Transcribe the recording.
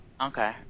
Okay